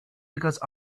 because